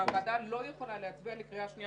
והוועדה לא יכולה להצביע לקריאה שנייה